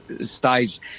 stage